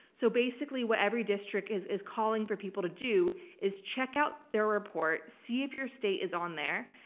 so basically, what everydistrict is is calling for people to do is check out their report, see if your state is on there,